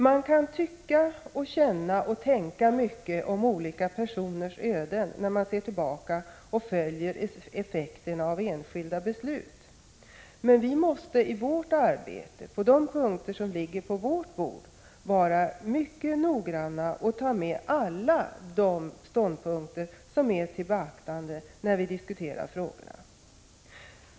Man kan tycka och känna och tänka mycket om olika personers öden när man ser tillbaka och följer effekten av enskilda beslut, men vi måste i vårt arbete på de punkter som ligger på vårt bord vara mycket noggranna och ta med alla de ståndpunkter som är till beaktande när vi diskuterar frågorna.